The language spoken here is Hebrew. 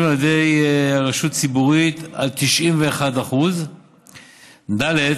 על ידי רשות ציבורית יעמוד על 91%; ד.